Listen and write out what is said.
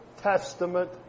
Testament